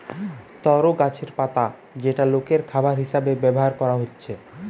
তরো গাছের পাতা যেটা লোকের খাবার হিসাবে ব্যভার কোরা হচ্ছে